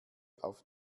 auf